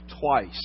twice